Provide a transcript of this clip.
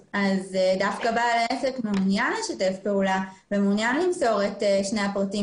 דווקא בעל העסק מעוניין לשתף פעולה ומעוניין למסור את שני הפרטים